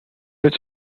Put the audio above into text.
its